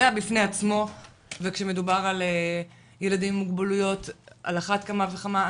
בפני עצמו וכשמדובר על ילדים עם מוגבלויות על אחת כמה וכמה,